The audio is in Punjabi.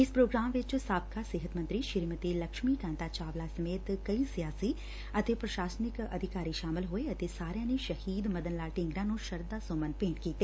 ਇਸ ਪ੍ਰੋਗਰਾਮ ਵਿਚ ਸਾਬਕਾ ਸਿਹਤ ਮੰਤਰੀ ਸ੍ਰੀਮਤੀ ਲਕਸਸਮੀ ਕਾਂਤਾ ਚਾਵਲਾ ਸਮੇਤ ਕਈ ਸਿਆਸੀ ਅਤੇ ਪ੍ਸ਼ਾਸਨਿਕ ਅਧਿਕਾਰੀ ਸ਼ਾਮਲ ਹੋਏ ਅਤੇ ਸਾਰਿਆਂ ਨੇ ਸ਼ਹੀਦ ਮਦਨ ਲਾਲ ਢੀਂਗਰਾ ਨੂੰ ਸ਼ਰਧਾ ਸੁਮਨ ਭੇਂਟ ਕੀਤੇ